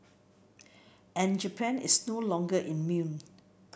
and Japan is no longer immune